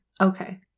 Okay